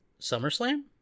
SummerSlam